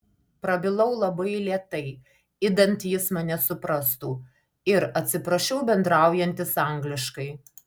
prabilau labai lėtai idant jis mane suprastų ir atsiprašiau bendraujantis angliškai